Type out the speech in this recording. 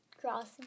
Crossing